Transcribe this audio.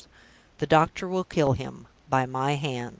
the doctor will kill him, by my hands.